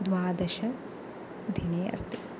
द्वादशदिने अस्ति